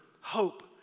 hope